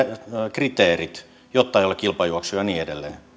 kriteerit jotta ei ole kilpajuoksua ja niin edelleen